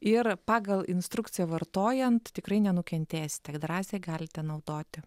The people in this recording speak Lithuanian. ir pagal instrukciją vartojant tikrai nenukentėsite ir drąsiai galite naudoti